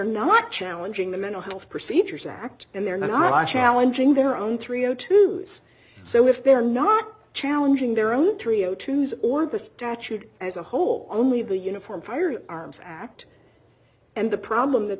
not challenging the mental health procedures act and they're not challenging their own three o tuesday so if they're not challenging their own thirty dollars tos or the statute as a whole only the uniform fire arms act and the problem that